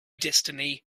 destiny